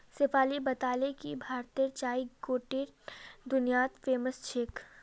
शेफाली बताले कि भारतेर चाय गोट्टे दुनियात फेमस छेक